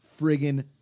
friggin